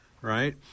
right